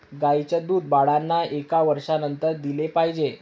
गाईचं दूध बाळांना एका वर्षानंतर दिले पाहिजे